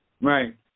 Right